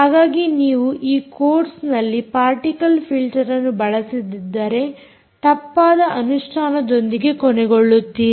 ಹಾಗಾಗಿ ನೀವು ಈ ಕೋರ್ಸ್ನಲ್ಲಿ ಪಾರ್ಟಿಕಲ್ ಫಿಲ್ಟರ್ ಅನ್ನು ಬಳಸದಿದ್ದರೆ ತಪ್ಪಾದ ಅನುಷ್ಠಾನದೊಂದಿಗೆ ಕೊನೆಗೊಳ್ಳುತ್ತೀರಿ